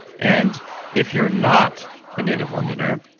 and if you're not a native londoner,